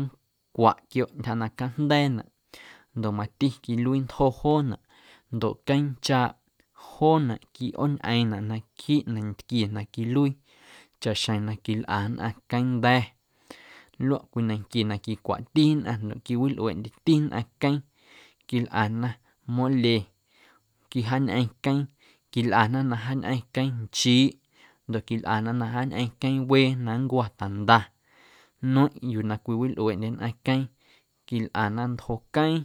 ncwaꞌ quiooꞌ ntyja na cajnda̱a̱naꞌ ndoꞌ mati quiluii ntjo joonaꞌ ndoꞌ queeⁿnchaaꞌ joonaꞌ quiꞌooñꞌeⁿnaꞌ naquiiꞌ nantquie na quiluii chaꞌxjeⁿ na quilꞌa nnꞌaⁿ queeⁿnda̱ luaꞌ cwii nanquie na quicwaꞌti nnꞌaⁿ na quiwilꞌueeꞌndyeti nnꞌaⁿ queeⁿ quilꞌana mole quijaañꞌeⁿ queeⁿ quilꞌana na jaañꞌeⁿ queeⁿnchiiꞌ ndoꞌ quilꞌana na jaañꞌeⁿ queeⁿwee na nncwo̱ tanda nueⁿꞌ yuu na cwiwilꞌueeꞌndye nnꞌaⁿ queeⁿ quilꞌana ntjo queeⁿ